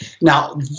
Now